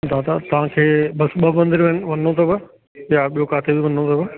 दादा तव्हांखे बसि ॿ मंदिर वञिणो अथव या ॿियो किथे बि वञिणो अथव